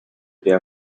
their